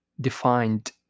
defined